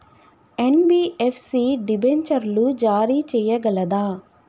NBFC డిబెంచర్లు జారీ చేయగలదా?